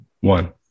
one